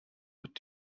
wird